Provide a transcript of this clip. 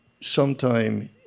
Sometime